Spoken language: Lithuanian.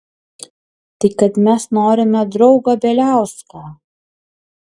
tai kad mes norime draugą bieliauską